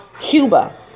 Cuba